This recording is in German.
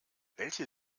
welche